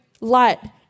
light